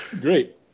Great